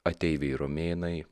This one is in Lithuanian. ateiviai romėnai